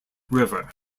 river